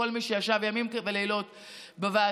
לכל מי שישב ימים ולילות בוועדה.